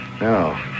No